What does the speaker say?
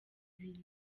ibiri